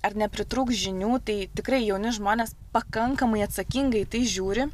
ar nepritrūks žinių tai tikrai jauni žmonės pakankamai atsakingai į tai žiūri